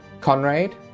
Conrad